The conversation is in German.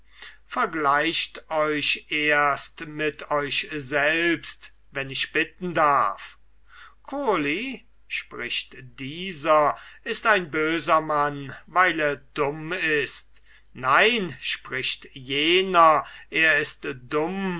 vergleicht euch mit euch selbst wenn ich bitten darf kurli spricht dieser ist ein böser mann weil er dumm ist nein spricht jener er ist dumm